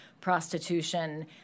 prostitution